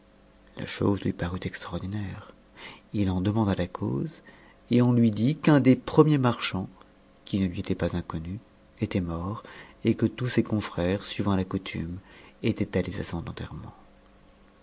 la chose lui parut extraordinaire il en demanda la cause et on lui dit qu'un des premiers marchands qui ne lui était pas inconnu était mort et que tous ses confrères suivant la coutume étaient allés à son